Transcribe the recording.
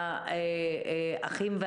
לאחים,